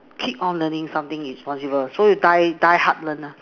keep on learning something is possible so you die die hard learn ah